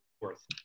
worth